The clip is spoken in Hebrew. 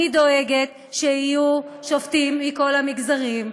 אני דואגת שיהיו שופטים מכל המגזרים.